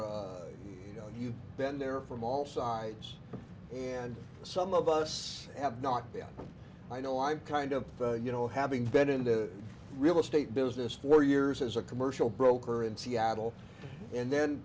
you know you've been there from all sides and some of us have not yet but i know i'm kind of you know having ben into the real estate business for years as a commercial broker in seattle and then